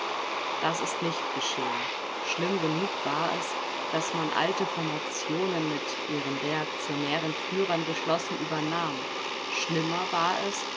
das ist nicht geschehen schlimm genug war es daß man alte formationen mit ihren reaktionären führern geschlossen übernahm schlimmer war es